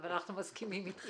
בעצם כל תיקי התביעה,